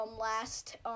last